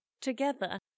together